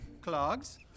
clogs